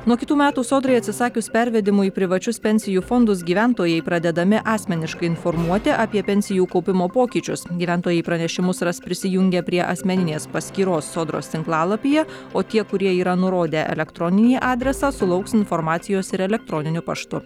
nuo kitų metų sodrai atsisakius pervedimų į privačius pensijų fondus gyventojai pradedami asmeniškai informuoti apie pensijų kaupimo pokyčius gyventojai pranešimus ras prisijungę prie asmeninės paskyros sodros tinklalapyje o tie kurie yra nurodę elektroninį adresą sulauks informacijos ir elektroniniu paštu